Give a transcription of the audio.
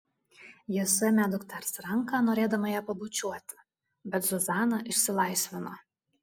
ji suėmė dukters ranką norėdama ją pabučiuoti bet zuzana išsilaisvino